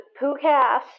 PooCast